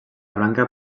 branca